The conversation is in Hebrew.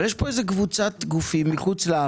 אבל יש פה קבוצת גופים מחוץ לארץ,